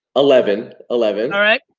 eleven, eleven. all right.